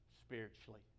spiritually